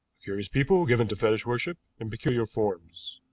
curious people, given to fetish worship in peculiar forms.